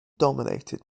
dominated